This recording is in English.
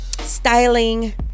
styling